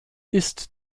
ist